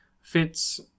fits